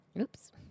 Oops